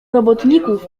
robotników